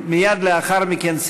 מייד לאחר מכן,